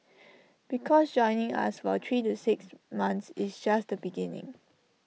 because joining us for three to six months is just the beginning